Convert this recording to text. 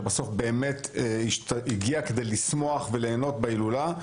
שבסוף באמת הגיע כדי לשמוח וליהנות בהילולה.